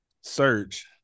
search